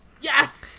Yes